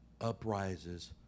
uprises